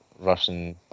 Russian